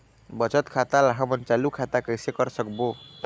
बचत खाता ला हमन चालू खाता कइसे कर सकबो?